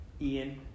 Ian